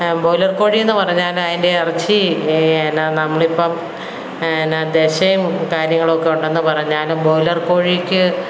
broiler കോഴിയെന്നു പറഞ്ഞാല് അതിൻ്റെ ഇറച്ചി പിന്നെ നമ്മളിപ്പോള് പിന്നെ ദശയും കാര്യങ്ങളൊക്കെ ഉണ്ടെന്ന് പറഞ്ഞാലും ബോയ്ലർ കോഴിക്ക്